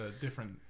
different